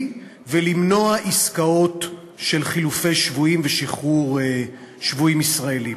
ולמנוע עסקאות של חילופי שבויים ושחרור שבויים ישראלים.